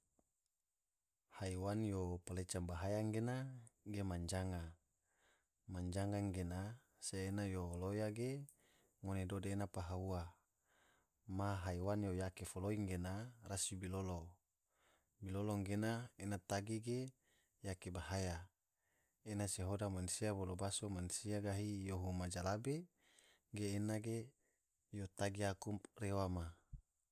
Haiwan yo paleca bahaya gena ge manjanga, manjanga gena se ena loya ge ngone dode ena paha ua, maha haiwan yo yake foloi gena rasi bilolo, bilolo gena ena tagi ge yake bahaya ena se hoda mansia bolo baso mansia gahi yohu ma jalabe ge ena ge yo tagi aku rewa ma.